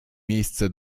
miejsce